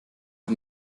auf